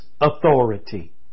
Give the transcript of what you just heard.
authority